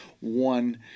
one